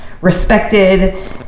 respected